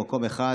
במקום אחד,